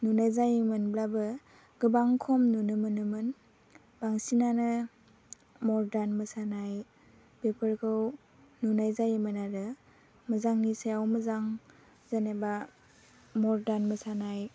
नुनाय जायोमोनब्लाबो गोबां खम नुनो मोनोमोन बांसिनानो मर्डान मोसानाय बेफोरखौ नुनाय जायोमोन आरो मोजांनि सायाव मोजां जेनेबा मर्डान मोसानाय